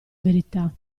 verità